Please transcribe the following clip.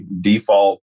default